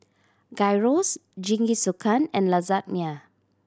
Gyros Jingisukan and Lasagna